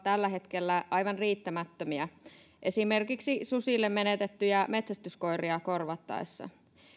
tällä hetkellä aivan riittämättömiä esimerkiksi susille menetettyjä metsästyskoiria korvattaessa